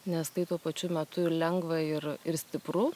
nes tai tuo pačiu metu ir lengva ir ir stipru